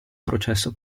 processo